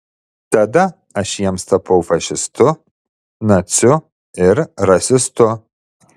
tada aš jiems tapau fašistu naciu ir rasistu